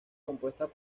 compuestas